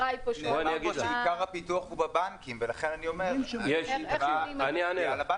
נאמר פה שעיקר הפיתוח הוא בבנקים ולכן אני אומר שזה על הבנקים.